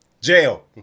Jail